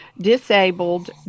disabled